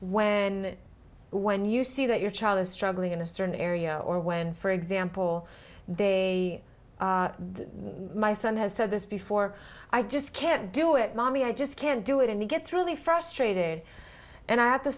when when you see that your child is struggling in a certain area or when for example they my son has said this before i just can't do it mommy i just can't do it and he gets really frustrated and i have to